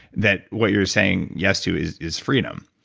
that what you're saying yes to is is freedom.